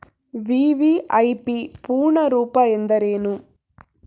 VVIP ಪೂರ್ಣ ರೂಪ ಎಂದರೇನು?